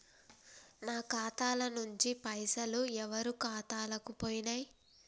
నా ఖాతా ల నుంచి పైసలు ఎవరు ఖాతాలకు పోయినయ్?